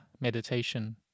meditation